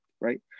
right